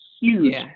huge